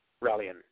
rallying